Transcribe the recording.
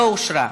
לא אושרה.